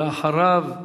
אחריו,